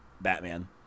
Batman